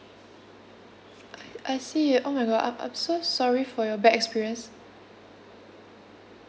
I I see it oh my god I'm I'm so sorry for your bad experience